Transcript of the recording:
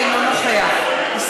אינו נוכח ישראל